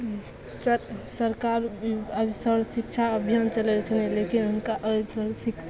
sir सरकार अभी सर्व शिक्षा अभियान चलेलखिन लेकिन हुनका ओहिसँ शिक्